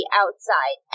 outside